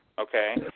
okay